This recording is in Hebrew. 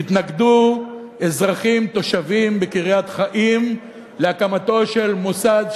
התנגדו אזרחים תושבים בקריית-חיים להקמתו של מוסד,